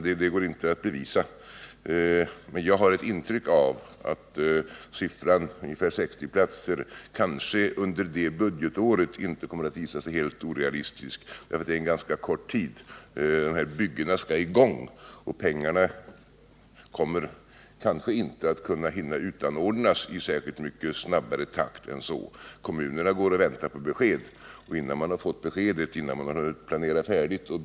Det går inte att bevisa, men jag har ett intryck av att ett antal på ungefär 60 platser under det budgetåret kanske inte kommer att visa sig helt orealistiskt, eftersom det är en ganska kort tid kvar innan de här byggena skall sättas i gång och eftersom pengarna kanske inte kommer att hinna utanordnas i särskilt mycket snabbare takt än så. Kommunerna går och väntar på besked och innan de har fått beskedet och innan man har hunnit planera färdigt och .